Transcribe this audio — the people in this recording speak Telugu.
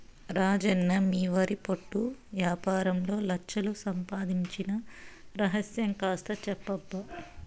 రాజన్న మీ వరి పొట్టు యాపారంలో లచ్ఛలు సంపాయించిన రహస్యం కాస్త చెప్పబ్బా